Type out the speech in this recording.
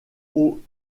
aux